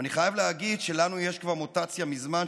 ואני חייב להגיד שלנו יש כבר מוטציה מזמן,